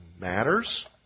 matters